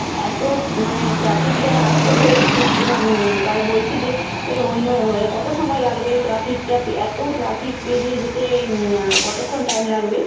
এত ট মানে ট্রাফিক জ্যামে আটকে পড়েছি য তাই বলছি যে এ অন্য কত সময় লাগবে এই ট্রাফিকটা প এত ট্রাফিক পেরিয়ে যেতে কতক্ষণ টাইম লাগবে